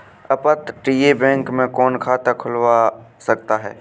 अपतटीय बैंक में कौन खाता खुलवा सकता है?